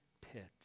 pit